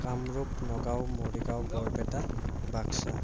Kamrup Nagaon Morigaon Barpeta Baksa